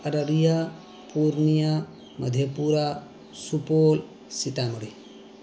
Araria Purnia Madhepura Supaul Sita موڑھی